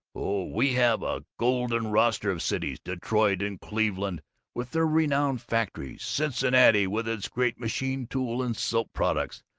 oh, we have a golden roster of cities detroit and cleveland with their renowned factories, cincinnati with its great machine-tool and soap products,